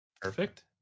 Perfect